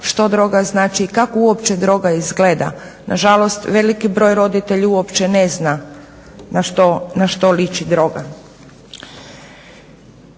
što droga znači i kako uopće droga izgleda. Na žalost veliki broj roditelja uopće ne zna na što liči droga.